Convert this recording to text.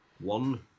One